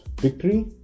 victory